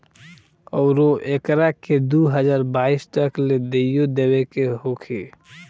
अउरु एकरा के दू हज़ार बाईस तक ले देइयो देवे के होखी